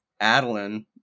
Adeline